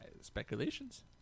Speculations